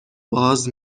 باز